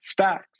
SPACs